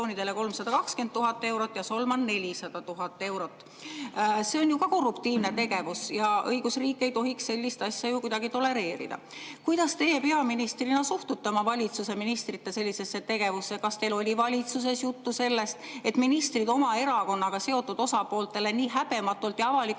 320 000 eurot ja Solman 400 000 eurot. See on ju ka korruptiivne tegevus ja õigusriik ei tohiks sellist asja kuidagi tolereerida. Kuidas teie peaministrina suhtute oma valitsuse ministrite sellisesse tegevusse? Kas teil oli valitsuses juttu sellest, et ministrid oma erakonnaga seotud osapooltele nii häbematult ja avalikult